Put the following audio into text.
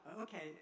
okay